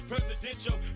Presidential